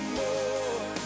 more